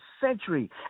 century